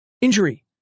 injury